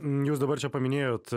jūs dabar čia paminėjot